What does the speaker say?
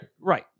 Right